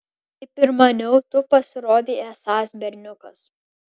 kaip ir maniau tu pasirodei esąs berniukas